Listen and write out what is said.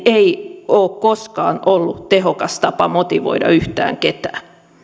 ei ole koskaan ollut tehokas tapa motivoida yhtään ketään